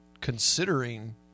considering